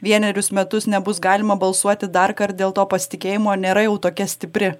vienerius metus nebus galima balsuoti darkart dėl to pasitikėjimo nėra jau tokia stipri